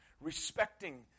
respecting